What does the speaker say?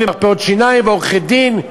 מרפאות שיניים ועורכי-דין,